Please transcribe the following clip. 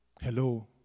Hello